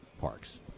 Parks